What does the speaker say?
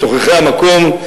בתוככי המקום,